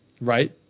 Right